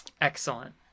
Excellent